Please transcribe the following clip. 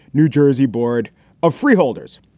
new jersey board of freeholders.